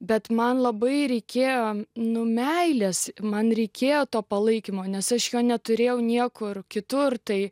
bet man labai reikėjo nu meilės man reikėjo to palaikymo nes aš jo neturėjau niekur kitur tai